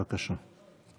בבקשה.